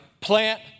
plant